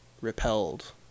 repelled